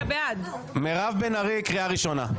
קריאה ראשונה.